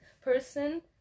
person